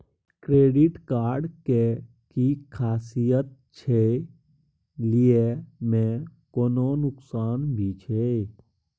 Credit card के कि खासियत छै, लय में कोनो नुकसान भी छै?